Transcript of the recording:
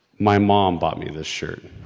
my mom bought me this shirt.